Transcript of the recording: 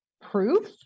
proof